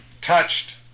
touched